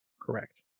Correct